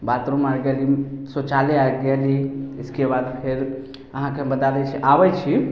bathroom आर गेली शौचालय आर गेली इसके बाद फेर अहाँके बता दै छी आबै छी